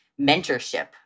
mentorship